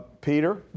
Peter